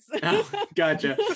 Gotcha